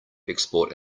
export